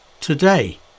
today